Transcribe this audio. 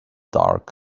dark